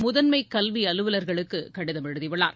முதன்மக் கல்வி அலுவலர்களுக்கு கடிதம் எழுதியுள்ளார்